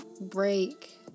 break